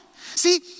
See